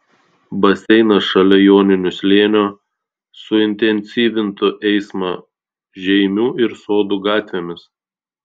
baseinas šalia joninių slėnio suintensyvintų eismą žeimių ir sodų gatvėmis